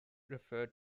referred